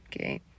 Okay